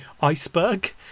iceberg